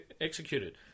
executed